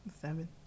seven